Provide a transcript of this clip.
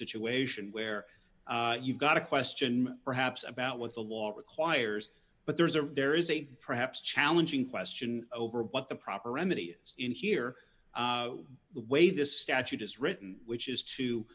situation where you've got a question perhaps about what the law requires but there is a there is a perhaps challenging question over but the proper remedy is in here the way this statute is written which is to